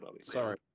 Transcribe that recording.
sorry